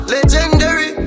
Legendary